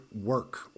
work